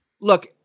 Look